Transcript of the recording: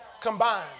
combined